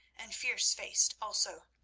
and fierce-faced also.